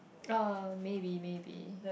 uh maybe maybe